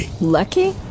Lucky